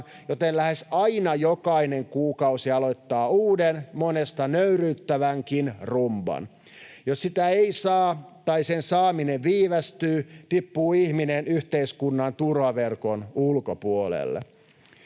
joten lähes aina jokainen kuukausi aloittaa uuden, monesta nöyryyttävänkin rumban. Jos sitä ei saa tai sen saaminen viivästyy, tippuu ihminen yhteiskunnan turvaverkon ulkopuolelle.